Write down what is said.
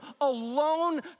alone